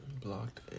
Blocked